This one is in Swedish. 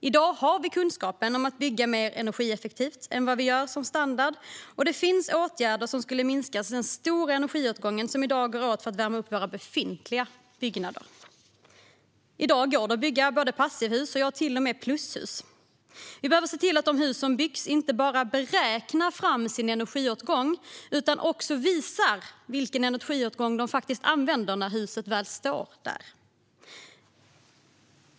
I dag har vi kunskapen för att bygga mer energieffektivt än vad vi gör som standard, och det finns åtgärder som skulle minska den stora mängd energi som går åt för att värma upp våra befintliga byggnader. I dag går det att bygga passivhus och till och med plushus. De som bygger hus ska inte bara beräkna energiåtgången utan också visa hur mycket energi husen faktiskt använder när de väl står där.